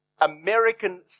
American